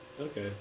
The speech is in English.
Okay